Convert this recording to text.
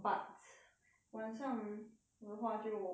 晚上的话就比较方便